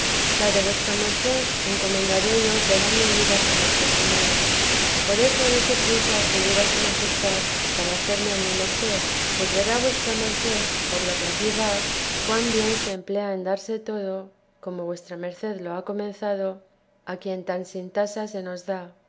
la de vuesa merced encomendaré yo toda mi vida a nuestro señor por eso dése priesa a servir a su majestad para hacerme a mí merced pues verá vuesa merced por lo que aquí va cuan bien se emplea en darse todo como vuesa merced lo ha comenzado a quien tan sin tasa se nos da